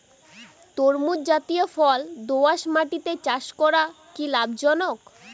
তরমুজ জাতিয় ফল দোঁয়াশ মাটিতে চাষ করা কি লাভজনক?